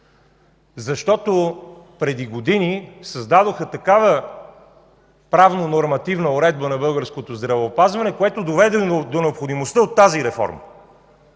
защото преди години създадоха такава правнонормативна уредба на българското здравеопазване, която доведе до необходимостта от тази реформа.